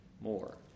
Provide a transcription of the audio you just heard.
more